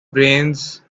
brains